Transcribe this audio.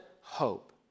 hope